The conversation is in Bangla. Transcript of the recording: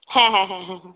হ্যাঁ হ্যাঁ হ্যাঁ হ্যাঁ